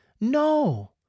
No